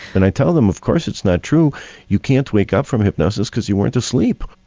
and i tell them of course it's not true you can't wake up from hypnosis because you weren't asleep.